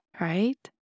right